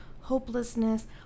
hopelessness